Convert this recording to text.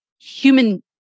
human